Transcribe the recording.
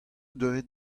deuet